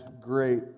great